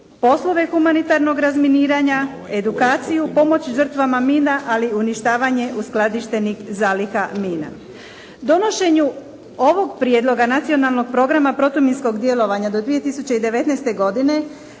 poslove humanitarnog razminiranja, edukaciju, pomoć žrtvama mina, ali i uništavanje uskladištenih zaliha mina. Donošenju ovog prijedloga Nacionalnog programa protuminskog djelovanja do 2019. godine